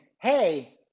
hey